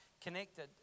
connected